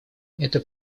это